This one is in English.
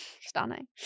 Stunning